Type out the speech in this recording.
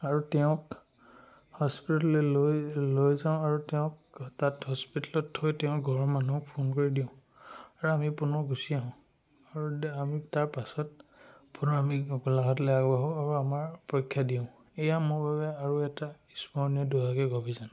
আৰু তেওঁক হস্পিটেললৈ লৈ লৈ যাওঁ আৰু তেওঁক তাত হস্পিটেলত থৈ তেওঁৰ ঘৰৰ মানুহক ফোন কৰি দিওঁ আৰু আমি পুনৰ গুচি আহোঁ আৰু আমি তাৰ পাছত পুনৰ আমি গোলাঘাটলৈ আগবাঢ়োঁ আৰু আমাৰ পৰীক্ষা দিওঁ এয়া মোৰ বাবে আৰু এটা স্মৰণীয় দুঃসাহসিক অভিযান